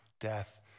death